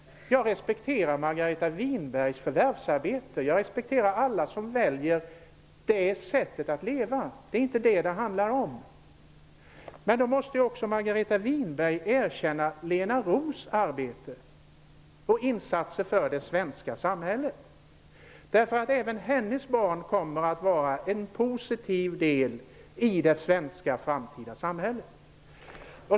Jag respekterar Margareta Winbergs förvärvsarbete. Jag respekterar alla som väljer det sättet att leva. Det är inte detta det handlar om. Men då måste också Margareta Winberg erkänna Lena Roos arbete och insatser för det svenska samhället. Även hennes barn kommer att vara en positiv del i det framtida svenska samhället.